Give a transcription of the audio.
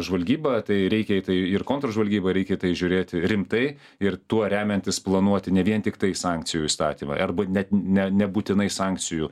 žvalgyba tai reikia į tai ir kontržvalgyba ir reikia žiūrėti rimtai ir tuo remiantis planuoti ne vien tiktai sankcijų įstatymą arba net ne nebūtinai sankcijų